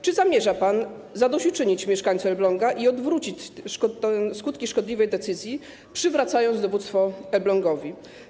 Czy zamierza pan zadośćuczynić mieszkańcom Elbląga i odwrócić skutki szkodliwej decyzji, przywracając dowództwo Elblągowi?